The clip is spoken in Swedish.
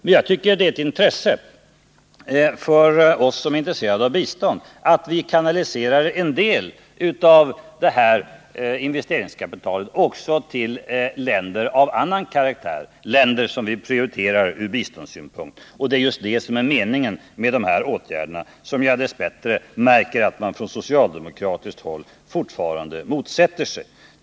Men jag tycker det är angeläget för oss som är intresserade av bistånd att vi kanaliserar en del av det här investeringskapitalet också till länder som vi prioriterar ur biståndssynpunkt. Det är just vad som är meningen med de här åtgärderna, som jag dess värre märker att man från socialdemokratiskt håll fortfarande motsätter sig.